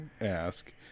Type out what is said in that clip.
ask